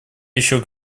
еще